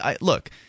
look –